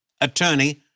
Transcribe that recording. attorney